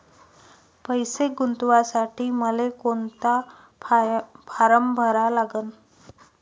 पैसे गुंतवासाठी मले कोंता फारम भरा लागन?